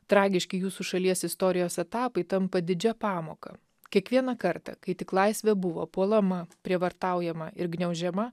tragiški jūsų šalies istorijos etapai tampa didžia pamoka kiekvieną kartą kai tik laisvė buvo puolama prievartaujama ir gniaužiama